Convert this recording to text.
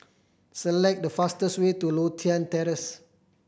select the fastest way to Lothian Terrace